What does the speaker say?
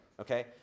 okay